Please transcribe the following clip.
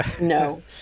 No